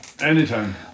Anytime